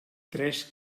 tres